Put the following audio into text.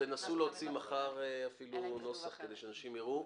תנסו להוציא מחר נוסח כדי שאנשים יראו.